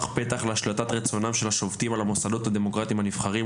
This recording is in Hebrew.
פתח להשליט את רצונם של השופטים על המוסדות הדמוקרטיים הנבחרים,